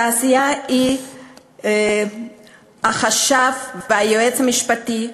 תעשייה היא החשב והיועץ המשפטי,